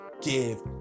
give